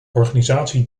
organisatie